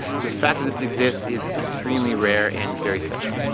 so the fact that this exists is extremely rare and very special.